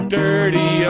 dirty